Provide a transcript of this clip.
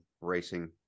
racing